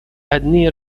одни